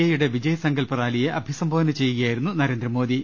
എയുടെ വിജയ് സങ്കല്പ് റാലിയെ അഭിസംബോധന ചെയ്യുകയായിരുന്നു നരേന്ദ്ര മോദി